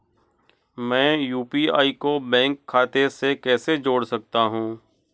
मैं यू.पी.आई को बैंक खाते से कैसे जोड़ सकता हूँ?